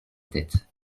tête